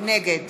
נגד